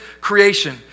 creation